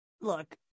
Look